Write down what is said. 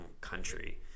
country